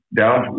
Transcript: down